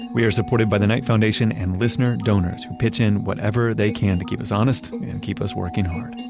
we are supported by the knight foundation and listener donors who pitch in whatever they can to keep us honest and keep us working hard.